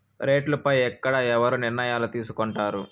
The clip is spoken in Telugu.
రేట్లు పై ఎక్కడ ఎవరు నిర్ణయాలు తీసుకొంటారు?